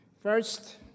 First